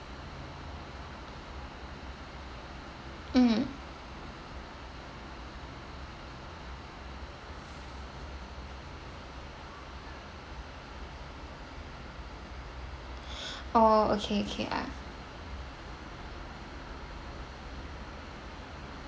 mm oh okay okay I